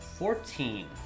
Fourteen